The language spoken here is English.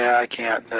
i can't.